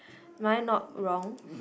am I not wrong